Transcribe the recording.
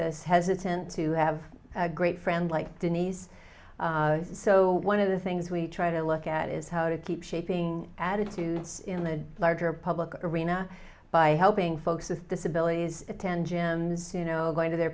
us hesitant to have a great friend like denise so one of the things we try to look at is how to keep shaping attitudes in the larger public arena by helping folks with disabilities attend gems you know going to their